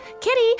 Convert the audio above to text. Kitty